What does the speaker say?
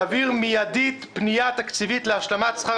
להעביר מידית פנייה תקציבית להשלמת שכר